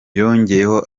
yongeyeho